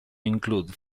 include